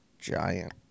giant